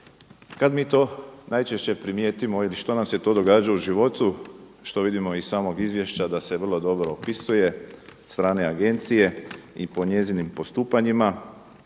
Kad mi to najčešće primijetimo ili što nam se to događa u životu što vidimo iz samog izvješća da se vrlo dobro opisuje od strane Agencije i po njezinim postupanjima?